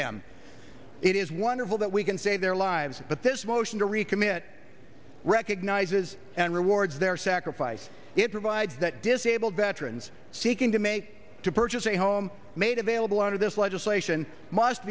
them it is wonderful that we can save their lives but this motion to recommit recognizes and rewards their sacrifice it provides that disabled veterans seeking to make to purchase a home made available under this legislation must